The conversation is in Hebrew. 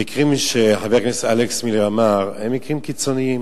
המקרים שחבר הכנסת אלכס מילר הזכיר הם מקרים קיצוניים.